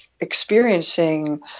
experiencing